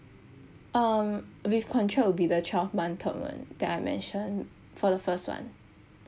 um with contract will be the twelve month tolerant that I mentioned for the first one